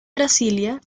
brasilia